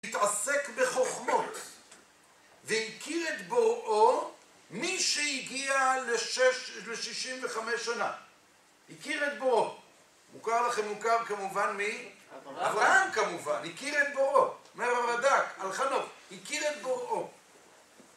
התעסק בחוכמות, והכיר את בוראו, מי שהגיע לשישים וחמש שנה. הכיר את בוראו. מוכר לכם, מוכר כמובן מי? אברהם כמובן, הכיר את בוראו. אומר הרד"ק, על חנוך, הכיר את בוראו.